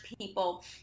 people